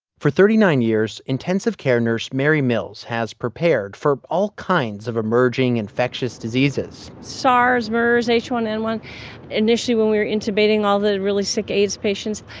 for thirty nine years, intensive care nurse mary mills has prepared for all kinds of emerging infectious diseases sars, mers, h one n one initially, when we were intubating all the really sick aids patients,